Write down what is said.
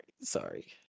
Sorry